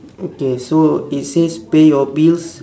okay so it says pay your bills